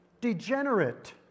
degenerate